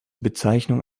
bezeichnung